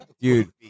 Dude